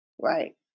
right